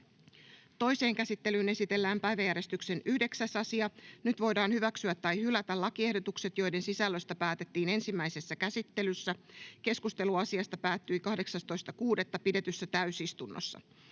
Toiseen käsittelyyn esitellään päiväjärjestyksen 9. asia. Nyt voidaan hyväksyä tai hylätä lakiehdotukset, joiden sisällöstä päätettiin ensimmäisessä käsittelyssä. Keskustelu asiasta päättyi 18.6.2024 pidetyssä täysistunnossa.